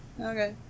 Okay